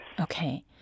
Okay